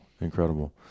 incredible